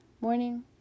morning